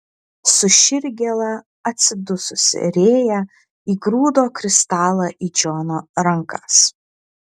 su širdgėla atsidususi rėja įgrūdo kristalą į džono rankas